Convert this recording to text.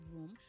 room